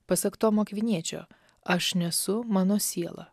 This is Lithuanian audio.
pasak tomo akviniečio aš nesu mano siela